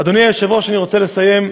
אדוני היושב-ראש, אני רוצה לסיים.